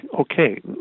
okay